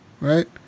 Right